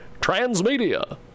transmedia